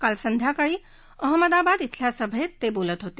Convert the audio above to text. काल संध्याकाळी अहमदाबाद शिल्या सभेत ते बोलत होते